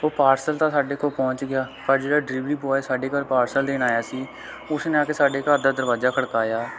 ਉਹ ਪਾਰਸਲ ਤਾਂ ਸਾਡੇ ਕੋਲ ਪਹੁੰਚ ਗਿਆ ਪਰ ਜਿਹੜਾ ਡਿਲੀਵਰੀ ਬੋਆਏ ਸਾਡੇ ਘਰ ਪਾਰਸਲ ਦੇਣ ਆਇਆ ਸੀ ਉਸ ਨੇ ਆ ਕੇ ਸਾਡੇ ਘਰ ਦਾ ਦਰਵਾਜ਼ਾ ਖੜਕਾਇਆ